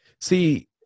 see